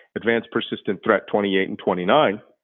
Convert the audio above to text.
advanced persistent threat twenty eight and twenty nine,